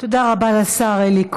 תודה רבה לשר אלי כהן.